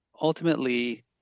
ultimately